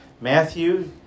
Matthew